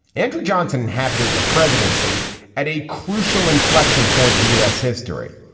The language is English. andrew johnson inhabited the presidency at a crucial inflection point in u s. history.